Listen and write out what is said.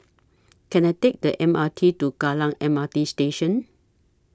Can I Take The M R T to Kallang M R T Station